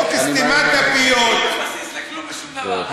חוק סתימת הפיות, הבסיס לכלום ושום דבר.